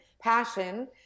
passion